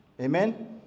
amen